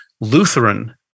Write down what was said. Lutheran